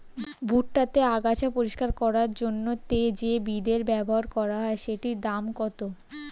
ভুট্টা তে আগাছা পরিষ্কার করার জন্য তে যে বিদে ব্যবহার করা হয় সেটির দাম কত?